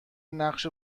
نقش